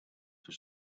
for